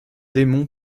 démon